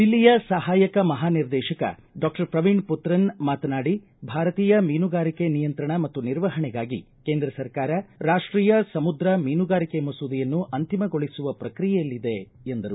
ದಿಲ್ಲಿಯ ಸಹಾಯಕ ಮಹಾನಿರ್ದೇಶಕ ಡಾಕ್ಟರ್ ಪ್ರವೀಣ್ ಪುತ್ರನ್ ಮಾತನಾಡಿ ಭಾರತೀಯ ಮೀನುಗಾರಿಕೆ ನಿಯಂತ್ರಣ ಮತ್ತು ನಿರ್ವಹಣೆಗಾಗಿ ಕೇಂದ್ರ ಸರ್ಕಾರ ರಾಷ್ಟೀಯ ಸಮುದ್ರ ಮೀನುಗಾರಿಕೆ ಮಸೂದೆಯನ್ನು ಅಂತಿಮಗೊಳಿಸುವ ಪ್ರಕ್ರಿಯೆಯಲ್ಲಿದೆ ಎಂದರು